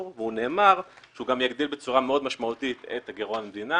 זה גם יגדיל בצורה מאוד משמעותית את גירעון המדינה